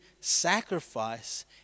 sacrifice